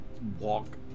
walk